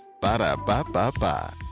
Ba-da-ba-ba-ba